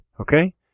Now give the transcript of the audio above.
Okay